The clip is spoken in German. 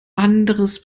anderes